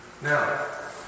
Now